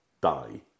die